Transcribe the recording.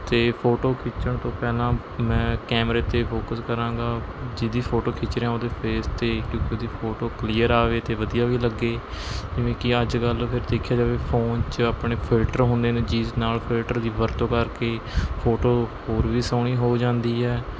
ਅਤੇ ਫੋਟੋ ਖਿੱਚਣ ਤੋਂ ਪਹਿਲਾਂ ਮੈਂ ਕੈਮਰੇ 'ਤੇ ਫੋਕੱਸ ਕਰਾਂਗਾ ਜਿਹਦੀ ਫੋਟੋ ਖਿੱਚ ਰਿਹਾ ਉਹਦੇ ਫੇਸ 'ਤੇ ਕਿਉਂਕਿ ਉਹਦੀ ਫੋਟੋ ਕਲੀਅਰ ਆਵੇ ਅਤੇ ਵਧੀਆ ਵੀ ਲੱਗੇ ਜਿਵੇਂ ਕਿ ਅੱਜ ਕੱਲ੍ਹ ਫਿਰ ਦੇਖਿਆ ਜਾਵੇ ਫ਼ੋਨ 'ਚ ਆਪਣੇ ਫਿਲਟਰ ਹੁੰਦੇ ਨੇ ਜਿਸ ਨਾਲ਼ ਫਿਲਟਰ ਦੀ ਵਰਤੋਂ ਕਰਕੇ ਫੋਟੋ ਹੋਰ ਵੀ ਸੋਹਣੀ ਹੋ ਜਾਂਦੀ ਹੈ